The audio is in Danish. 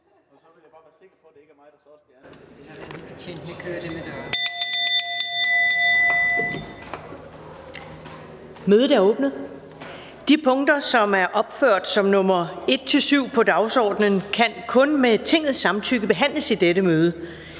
Ellemann): De punkter, som er opført som nr. 1-7 på dagsordenen, kan kun med Tingets samtykke behandles i dette møde.